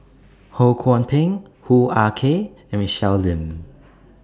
Ho Kwon Ping Hoo Ah Kay and Michelle Lim